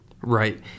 Right